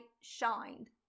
shined